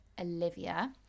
Olivia